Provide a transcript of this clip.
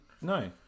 no